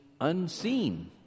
unseen